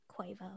Quavo